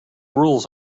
rules